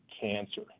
cancer